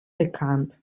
bekannt